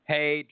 Hey